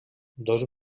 dos